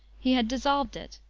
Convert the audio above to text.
he had dissolved it,